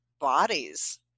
bodies